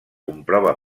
comprova